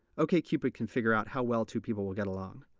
okcupid can figure out how well two people will get along.